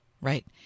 right